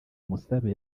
musabe